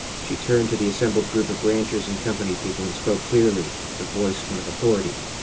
she turned to the assembled group of ranchers and company people and spoke clearly, her voice one of authority.